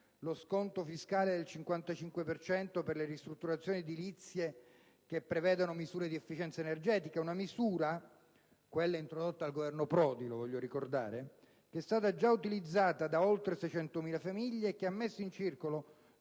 lo sconto fiscale del 55 per cento per le ristrutturazioni edilizie che prevedano misure di efficienza energetica. Si tratta di una misura introdotta dal Governo Prodi - lo voglio ricordare - che è stata già utilizzata da oltre 600.000 famiglie e che ha messo in circolo